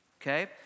Okay